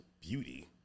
beauty